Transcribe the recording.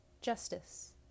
justice